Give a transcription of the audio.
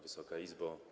Wysoka Izbo!